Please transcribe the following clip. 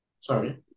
Sorry